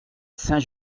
saint